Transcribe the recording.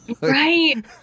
Right